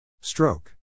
Stroke